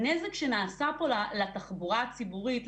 הנזק שנעשה פה לתחבורה הציבורית,